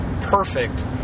perfect